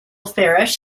farish